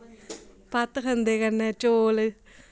भत्त खंदे कन्नै चोल